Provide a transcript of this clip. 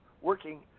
Working